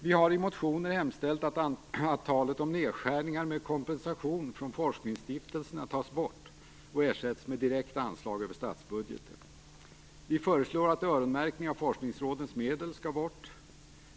Vi har i motioner hemställt att talet om nedskärningar med kompensation från forskningsstiftelserna tas bort och ersätts med direkta anslag över statsbudgeten. Vi föreslår att öronmärkning av forskningsrådens medel skall tas bort.